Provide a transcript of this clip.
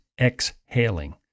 exhaling